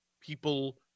people